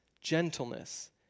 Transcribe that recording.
gentleness